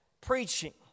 preaching